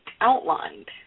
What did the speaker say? Outlined